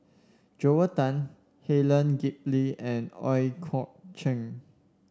Joel Tan Helen Gilbey and Ooi Kok Chuen